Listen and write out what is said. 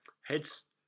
heads